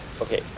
Okay